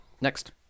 Next